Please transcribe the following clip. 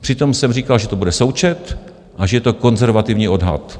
Přitom jsem říkal, že to bude součet a že je to konzervativní odhad.